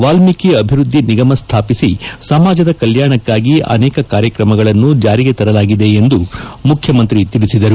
ವಾಲ್ಮೀಕಿ ಅಭಿವೃದ್ದಿ ನಿಗಮ ಸ್ಥಾಪಿಸಿ ಸಮಾಜದ ಕಲ್ಯಾಣಕ್ಕಾಗಿ ಅನೇಕ ಕಾರ್ಯಕ್ರಮಗಳನ್ನು ಜಾರಿಗೆ ತರಲಾಗಿದೆ ಎಂದು ಮುಖ್ಲಮಂತ್ರಿ ತಿಳಿಸಿದರು